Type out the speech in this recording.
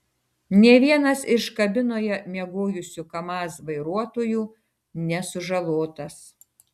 nė vienas iš kabinoje miegojusių kamaz vairuotojų nesužalotas